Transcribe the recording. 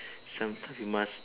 sometime we must